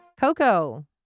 Coco